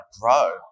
grow